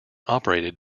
operated